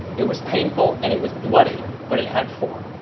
it was painful and it was bloody but it had form.